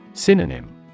Synonym